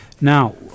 Now